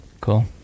Cool